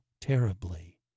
terribly